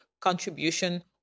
contribution